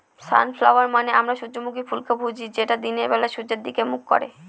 sunflower মানে আমরা সূর্যমুখী ফুলকে বুঝি যেটা দিনের বেলা সূর্যের দিকে মুখ করে